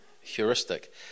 heuristic